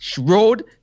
road